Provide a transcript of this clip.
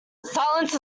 silence